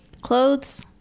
clothes